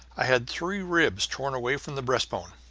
i had three ribs torn away from the breast-bone.